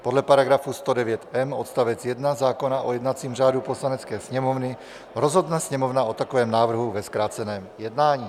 Podle § 109m odst. 1 zákona o jednacím řádu Poslanecké sněmovny rozhodne Sněmovna o takovém návrhu ve zkráceném jednání.